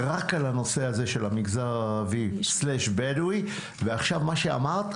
רק על הנושא הזה של המגזר הערבי/בדואי ועכשיו מה שאמרת,